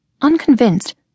Unconvinced